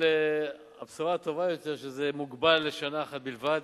אבל הבשורה הטובה יותר שזה מוגבל לשנה אחת בלבד,